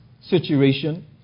situation